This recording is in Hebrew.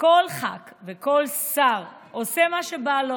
כל ח"כ וכל שר עושה מה שבא לו,